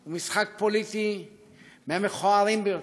הוא משחק פוליטי מהמכוערים ביותר,